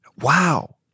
Wow